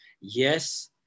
yes